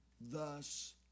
thus